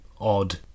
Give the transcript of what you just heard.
odd